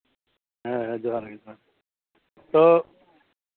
ᱦᱮᱸ ᱦᱮᱸ ᱡᱚᱦᱟᱨ ᱜᱮ ᱡᱚᱦᱟᱨ ᱛᱚ